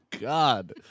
God